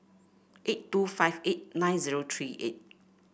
eight two five eight nine zero three eight